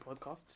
podcasts